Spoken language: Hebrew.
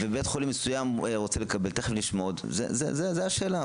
ובית חולים מסוים רוצה לקבל זאת השאלה.